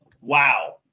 Wow